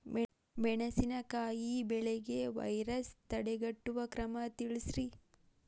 ಮೆಣಸಿನಕಾಯಿ ಬೆಳೆಗೆ ವೈರಸ್ ತಡೆಗಟ್ಟುವ ಕ್ರಮ ತಿಳಸ್ರಿ